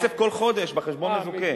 כל חודש בחשבון מזוכה.